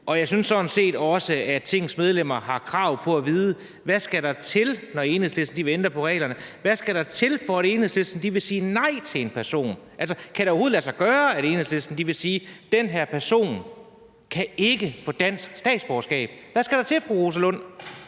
og jeg synes sådan set også, at Tingets medlemmer har krav på at vide, hvad der skal til, når Enhedslisten venter på reglerne, for at Enhedslisten vil sige nej til en person. Kan det overhovedet lade sig gøre, at Enhedslisten vil sige: Den her person kan ikke få dansk statsborgerskab? Hvad skal der til, fru Rosa Lund?